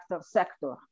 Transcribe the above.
sector